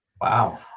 Wow